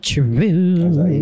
True